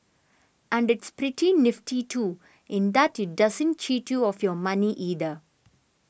and it's pretty nifty too in that it doesn't cheat you of your money either